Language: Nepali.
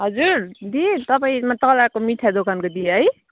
हजुर दिदी तपाईँ तलको मिठाई दोकानको दिदी है